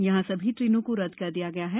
यहां सभी ट्रेनों को रद्द किया गया है